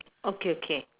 okay okay